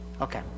Okay